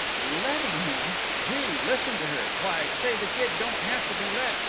letting him! gee! listen to her! why, say, that kid don't have to be let!